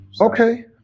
Okay